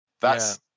That's-